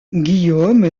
guillaume